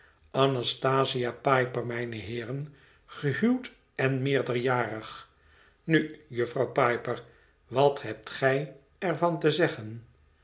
anastasia piper mijne heeren gehuwd en meerderjarig nu jufvrouw piper wat hebt gij er van te zeggen